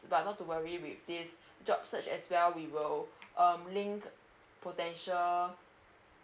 but not to worry with this job search as well we will um link potential